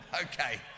okay